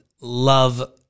love